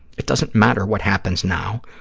it doesn't matter what happens now.